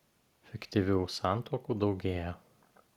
fiktyvių santuokų daugėja